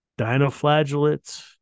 Dinoflagellates